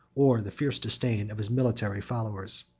or the fierce disdain of his military followers.